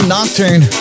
Nocturne